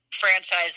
franchise